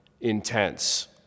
intense